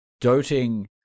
doting